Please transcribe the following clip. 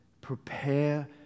prepare